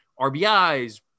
rbis